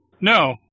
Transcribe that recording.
No